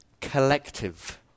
collective